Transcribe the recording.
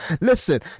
Listen